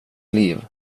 liv